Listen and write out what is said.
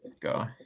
go